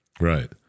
Right